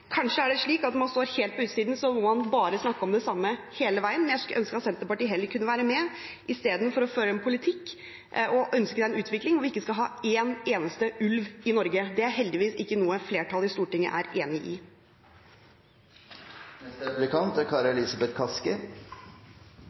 utsiden, må man bare snakke om det samme hele veien. Jeg skulle ønske at Senterpartiet kunne være med i stedet for å føre en politikk og ønske en utvikling hvor vi ikke skal ha en eneste ulv i Norge. Det er heldigvis ikke noe flertallet i Stortinget er enig